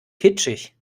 kitschig